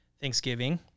Thanksgiving